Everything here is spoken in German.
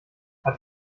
hat